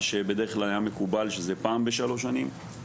מה שבדרך כלל היה מקובל שזה פעם בשלוש שנים.